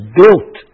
built